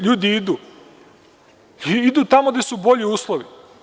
Ljudi idu, idu tamo gde su bolji uslovi.